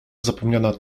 zapomniana